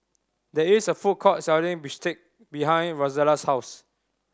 there is a food court selling bistake behind Rozella's house